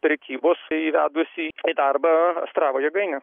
prekybos įvedus į į darbą astravo jėgainę